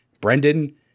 Brendan